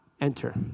enter